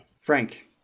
Frank